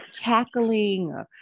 cackling